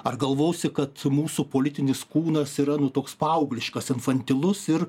ar galvosi kad mūsų politinis kūnas yra toks paaugliškas infantilus ir